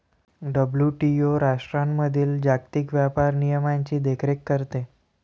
WTO राष्ट्रांमधील जागतिक व्यापार नियमांची देखरेख करते